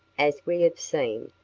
as we have seen,